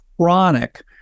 chronic